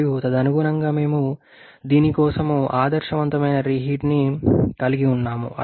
మరియు తదనుగుణంగా మేము దీని కోసం ఆదర్శవంతమైన రీహీట్ని కలిగి ఉన్నాము